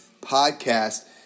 Podcast